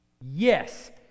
Yes